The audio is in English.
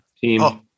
team